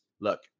look